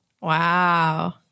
wow